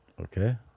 Okay